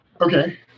Okay